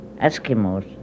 Eskimos